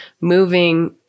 Moving